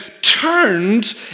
turned